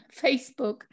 Facebook